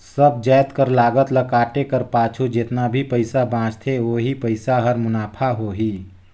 सब जाएत कर लागत ल काटे कर पाछू जेतना भी पइसा बांचथे ओही पइसा हर मुनाफा होही